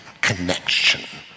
connection